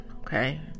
Okay